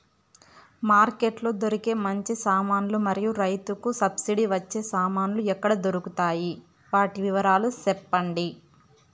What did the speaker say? Market లో దొరికే మంచి సామాన్లు మరియు రైతుకు సబ్సిడి వచ్చే సామాన్లు ఎక్కడ దొరుకుతాయి? వాటి వివరాలు సెప్పండి?